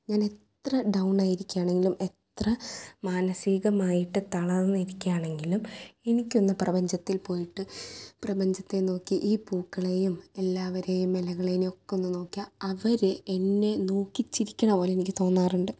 ഞാനെത്ര down ആയി ഇരിക്കുകയാണെങ്കിലും എത്ര മാനസികമായിട്ട് തളർന്ന് ഇരിക്കുകയാണെങ്കിലും എനിക്കൊന്ന് പ്രപഞ്ചത്തിൽ പോയിട്ട് പ്രപഞ്ചത്തെ നോക്കി ഈ പൂക്കളെയും എല്ലാവരെയും ഇലകളെയും ഒക്കെ ഒന്ന് നോക്കിയാൽ അവര് എന്നെ നോക്കി ചിരിക്കുന്ന പോലെ എനിക്ക് തോന്നാറുണ്ട്